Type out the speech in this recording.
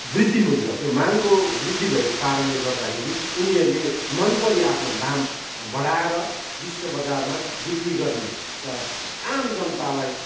वृद्धि हुन्छ त्यो मागको वृद्धि भएको कारणले गर्दाखेरि उनीहरूले मनपरी आफ्नो दाम बढाएर विश्वबजारमा बिक्री गर्ने र आम जनतालाई